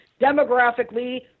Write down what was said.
demographically